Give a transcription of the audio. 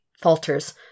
Falters